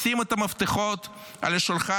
לשים את המפתחות על השולחן.